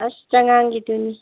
ꯑꯁ ꯆꯉꯥꯡꯒꯤꯗꯨꯅꯤ